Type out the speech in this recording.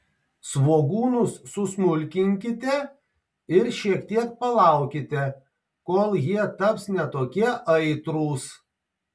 svogūnus susmulkinkite ir šiek tiek palaukite kol jie taps ne tokie aitrūs